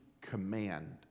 command